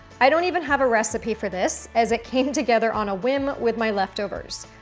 i don't even have a recipe for this, as it came together on a whim with my leftovers.